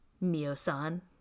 Mio-san